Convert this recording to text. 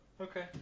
Okay